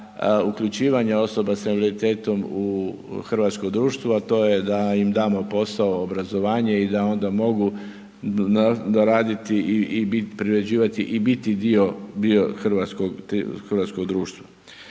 uključivanja osoba sa invaliditetom u hrvatsko društvo a to je da im damo posao i obrazovanje i da onda mogu normalno raditi i biti, privređivati i biti dio hrvatskog društva.